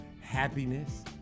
happiness